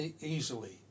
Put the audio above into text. easily